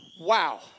Wow